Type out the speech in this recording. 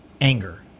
anger